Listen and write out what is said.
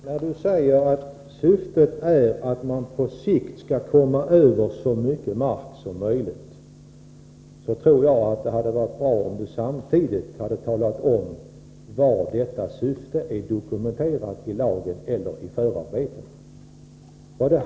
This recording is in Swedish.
Herr talman! Jan-Eric Virgin säger att syftet är att samhället på sikt skall komma över så mycket mark som möjligt. Det hade varit bra om han samtidigt talat om var detta syfte är dokumenterat i lagen eller i förarbetena.